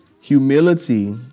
Humility